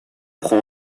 prend